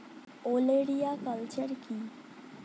ওলেরিয়া কালচার কি?